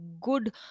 good